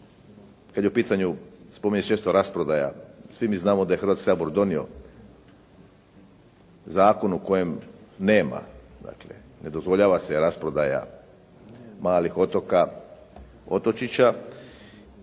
kad je u pitanju spominje se često rasprodaja. Svi mi znamo da je Hrvatski sabor donio zakon u kojem nema, dakle ne dozvoljava se rasprodaja malih otoka, otočića,